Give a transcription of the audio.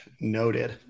noted